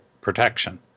protection